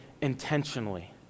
intentionally